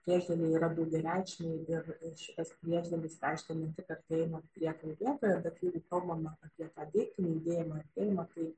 priešdėliai yra daugiareikšmiai ir ir šitas priešdėlis reiškia ne tik artėjimą prie kalbėtojo bet jeigu kalbama apie tą deiktinį judėjimą artėjimą tai